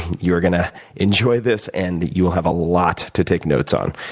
you are gonna enjoy this, and you'll have a lot to take notes on.